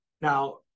now